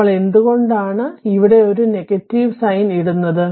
നമ്മൾ എന്ത് കൊണ്ടാണ് ഇവിടെ ഒരു നെഗറ്റീവ് സൈൻ ഇടുന്നതു